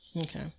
Okay